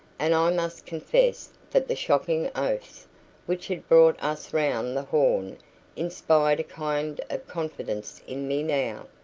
and i must confess that the shocking oaths which had brought us round the horn inspired a kind of confidence in me now.